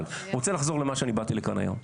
אבל אני רוצה לחזור למה שבאתי לכאן היום: